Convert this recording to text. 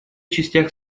частях